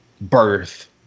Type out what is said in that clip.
birth